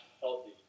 healthy